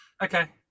okay